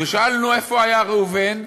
ושאלנו איפה היה ראובן,